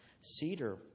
cedar